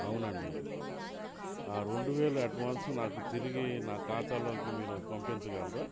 అవునండి ఆ రెండు వేలు అడ్వాన్స్ నాకు తిరిగి నా ఖాతాలోకి మీరు పంపించగలరా